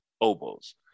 oboes